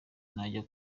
najya